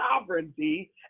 sovereignty